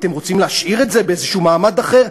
אתם רוצים להשאיר את זה באיזשהו מעמד אחר?